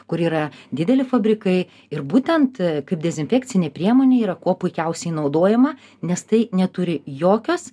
kur yra dideli fabrikai ir būtent kaip dezinfekcinė priemonė yra kuo puikiausiai naudojama nes tai neturi jokios